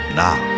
now